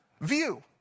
view